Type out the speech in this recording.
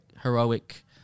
heroic